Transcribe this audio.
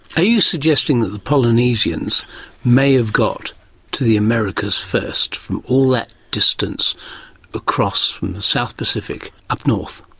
are you suggesting that the polynesians may have got to the americas first from all that distance across from the south pacific up north?